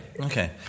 okay